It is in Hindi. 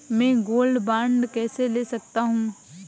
मैं गोल्ड बॉन्ड कैसे ले सकता हूँ?